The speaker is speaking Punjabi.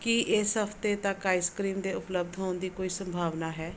ਕੀ ਇਸ ਹਫ਼ਤੇ ਤੱਕ ਆਈਸ ਕਰੀਮ ਦੇ ਉਪਲੱਬਧ ਹੋਣ ਦੀ ਕੋਈ ਸੰਭਾਵਨਾ ਹੈ